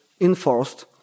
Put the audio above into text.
enforced